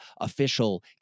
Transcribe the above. official